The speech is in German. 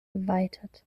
geweitet